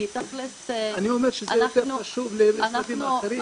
כי תכלס --- אני אומר שזה יותר חשוב למשרדים אחרים.